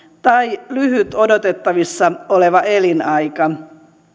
tai lyhyt odotettavissa oleva elinaika